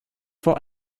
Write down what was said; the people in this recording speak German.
vor